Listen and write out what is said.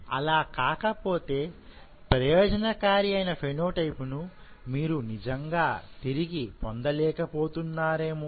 అలా కాకపోతే ప్రయోజనకారి అయిన ఫెనో టైప్ నుమీరు నిజంగా తిరిగి పొందులేక పోతున్నారేమో